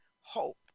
hope